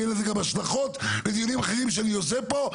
יהיה לזה גם השלכות בדיונים אחרים שאני עושה פה,